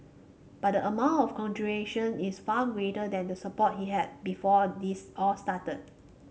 but the amount of congratulation is far greater than the support he had before this all started